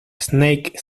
snake